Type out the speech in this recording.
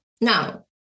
now